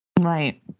Right